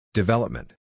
Development